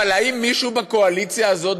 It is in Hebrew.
אבל האם מישהו בקואליציה הזאת,